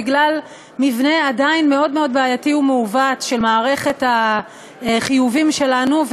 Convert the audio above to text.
בגלל מבנה עדיין מאוד מאוד בעייתי ומעוות של מערכת החיובים שלנו,